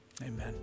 Amen